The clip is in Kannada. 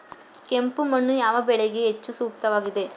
ಕೆಂಪು ಮಣ್ಣು ಯಾವ ಬೆಳೆಗಳಿಗೆ ಹೆಚ್ಚು ಸೂಕ್ತವಾಗಿದೆ?